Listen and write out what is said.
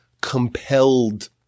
compelled